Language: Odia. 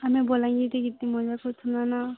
ଆମେ ବାଲାଙ୍ଗୀର୍ଠି